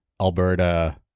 Alberta